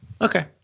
okay